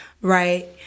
right